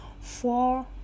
four